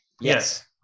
Yes